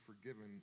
forgiven